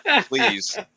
Please